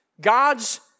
God's